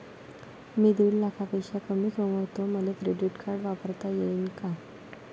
मी दीड लाखापेक्षा कमी कमवतो, मले क्रेडिट कार्ड वापरता येईन का?